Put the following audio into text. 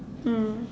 mm